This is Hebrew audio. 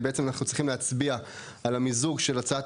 בעצם אנחנו צריכים להצביע על המיזוג של הצעת